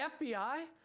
FBI